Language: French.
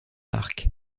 arc